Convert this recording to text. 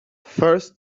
first